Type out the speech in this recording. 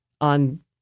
on